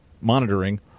monitoring